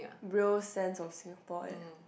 real sense of Singapore and